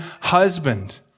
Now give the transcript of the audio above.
husband